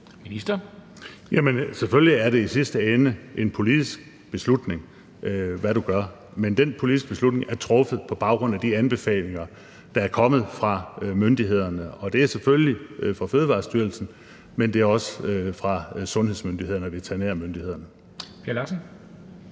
Jamen selvfølgelig er det i sidste ende en politisk beslutning, hvad du gør, men den politiske beslutning er truffet på baggrund af de anbefalinger, der er kommet fra myndighederne. Og det er selvfølgelig fra Fødevarestyrelsen, men det er også fra sundhedsmyndighederne og veterinærmyndighederne. Kl.